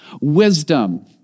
Wisdom